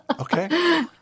Okay